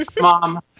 Mom